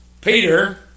Peter